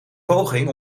poging